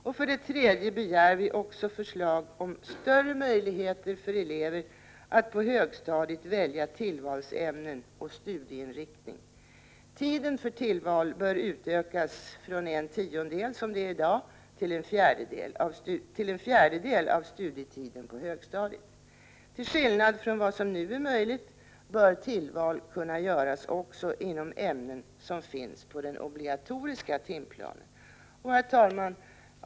För det tredje begär vi förslag om större möjligheter för elever att på högstadiet välja tillvalsämnen och studieinriktning. Tiden för tillval bör utökas från en tiondel — som det är i dag — till en fjärdedel av studietiden på högstadiet. Till skillnad från vad som nu är möjligt bör tillval kunna göras också inom ämnen som finns på den obligatoriska timplanen. Herr talman!